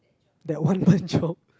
that one month job